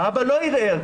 האבא לא ערער,